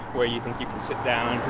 where you think you can sit down,